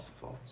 False